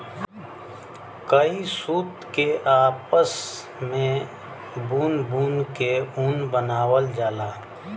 कई सूत के आपस मे बुन बुन के ऊन बनावल जाला